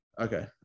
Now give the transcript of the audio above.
okay